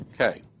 Okay